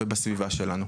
ובסביבה שלנו,